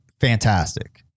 fantastic